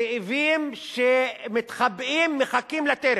זאבים שמתחבאים ומחכים לטרף.